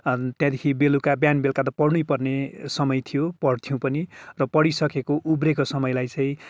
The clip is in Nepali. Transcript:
त्यहाँदेखि बेलुका बिहान बेलुका त पढ्नै पर्ने समय थियो पढ्थ्यौँ पनि र पढि सकेको उब्रिएको समयलाई चाहिँ